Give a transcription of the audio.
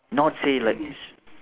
not say like